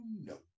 no